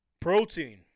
Protein